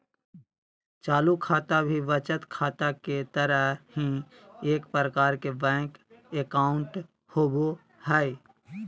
चालू खाता भी बचत खाता के तरह ही एक प्रकार के बैंक अकाउंट होबो हइ